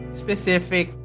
specific